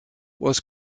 was